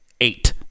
eight